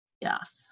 Yes